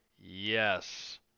yes